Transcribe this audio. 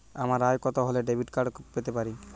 আমার আয় কত হলে ডেবিট কার্ড পেতে পারি?